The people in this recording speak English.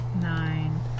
Nine